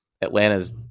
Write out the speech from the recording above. Atlanta's